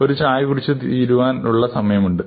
ഒരു ചായ കുടിച്ചു തിരിച്ചുവരാൻ ഉള്ള സമയമുണ്ട്